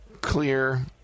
clear